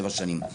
שבע שנים.